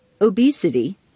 obesity